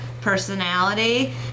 personality